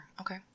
Okay